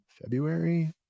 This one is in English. February